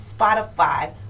Spotify